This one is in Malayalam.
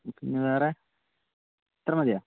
പിന്നെ വേറെ ഇത്ര മതിയോ